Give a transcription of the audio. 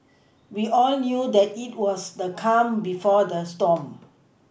we all knew that it was the calm before the storm